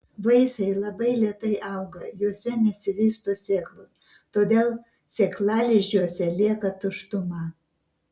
vaisiai labai lėtai auga juose nesivysto sėklos todėl sėklalizdžiuose lieka tuštuma